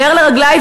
נר לרגלי,